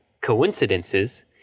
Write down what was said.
coincidences